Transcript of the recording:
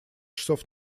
часов